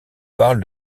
parle